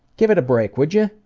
give it a break, would ya?